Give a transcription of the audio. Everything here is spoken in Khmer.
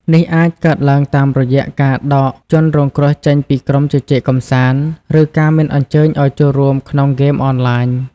នេះអាចកើតឡើងតាមរយៈការដកជនរងគ្រោះចេញពីក្រុមជជែកកម្សាន្ត ឬការមិនអញ្ជើញឲ្យចូលរួមក្នុងហ្គេមអនឡាញ។